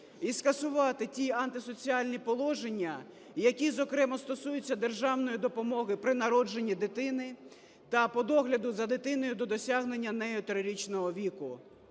і скасувати ті антисоціальні положення, які, зокрема, стосуються державної допомоги при народженні дитини та по догляду за дитиною до досягнення нею трирічного віку.